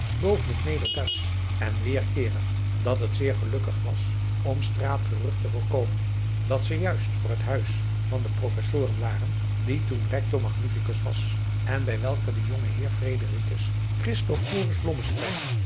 boven het nederduitsch en weêrkeerig dat het zeer gelukkig was om straatgerucht te voorkomen dat zij juist voor het huis van den professor waren die toen rector magnificus was en bij welken de jonge heer